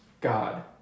God